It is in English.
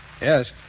Yes